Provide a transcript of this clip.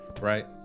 Right